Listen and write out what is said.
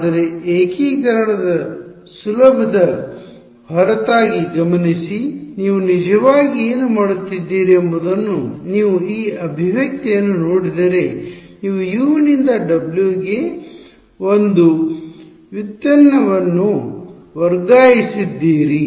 ಆದರೆ ಏಕೀಕರಣದ ಸುಲಭದ ಹೊರತಾಗಿ ಗಮನಿಸಿ ನೀವು ನಿಜವಾಗಿ ಏನು ಮಾಡಿದ್ದೀರಿ ಎಂಬುದನ್ನು ನೀವು ಈ ಅಭಿವ್ಯಕ್ತಿಯನ್ನು ನೋಡಿದರೆ ನೀವು U ನಿಂದ W ಗೆ ಒಂದು ವ್ಯುತ್ಪನ್ನವನ್ನು ವರ್ಗಾಯಿಸಿದ್ದೀರಿ